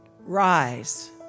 Rise